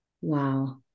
Wow